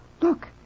Look